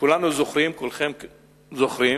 כולנו זוכרים, כולם זוכרים,